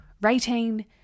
rating